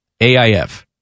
AIF